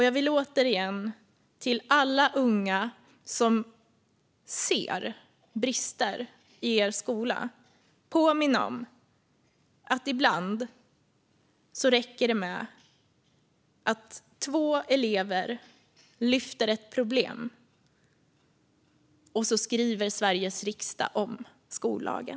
Jag vill återigen påminna alla unga som ser brister i sin skola om att det ibland räcker att två elever lyfter fram ett problem för att Sveriges riksdag ska skriva om skollagen.